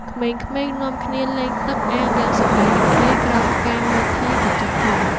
ក្មេងៗនាំគ្នាលេងទឹកអាងយ៉ាងសប្បាយរីករាយក្រោមការមើលថែពីចាស់ទុំ។